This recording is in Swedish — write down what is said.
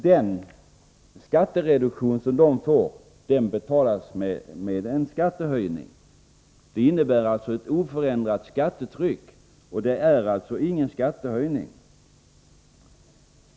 Den skattereduktion som barnfamiljerna får skall betalas med en skattehöjning. Det innebär alltså ett oförändrat skattetryck. Det är alltså ingen skattehöjning.